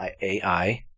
AI